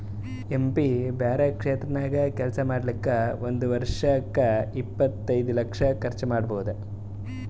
M P ಬ್ಯಾರೆ ಕ್ಷೇತ್ರ ನಾಗ್ನು ಕೆಲ್ಸಾ ಮಾಡ್ಲಾಕ್ ಒಂದ್ ವರ್ಷಿಗ್ ಇಪ್ಪತೈದು ಲಕ್ಷ ಕರ್ಚ್ ಮಾಡ್ಬೋದ್